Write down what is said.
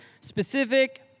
Specific